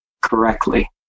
correctly